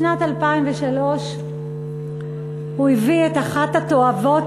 בשנת 2003 הוא הביא את אחת התועבות